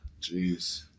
Jeez